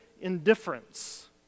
indifference